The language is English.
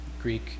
Greek